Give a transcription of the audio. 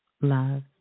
love